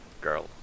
girl